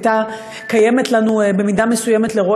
היא הייתה לנו לרועץ במידה מסוימת,